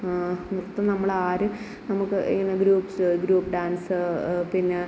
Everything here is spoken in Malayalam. ആ നൃത്തം നമ്മളാരും നമുക്ക് ഇങ്ങനെ ഗ്രൂപ്സ് ഗ്രൂപ്പ് ഡാൻസ് പിന്നെ